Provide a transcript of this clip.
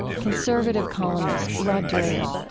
conservative columnist rod dreher